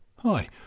Hi